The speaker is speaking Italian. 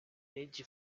leggi